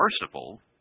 merciful